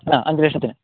ആ അഞ്ച് ലക്ഷത്തിന്